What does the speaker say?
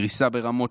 דריסה ברמות,